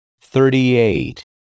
Thirty-eight